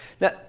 Now